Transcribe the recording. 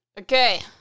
Okay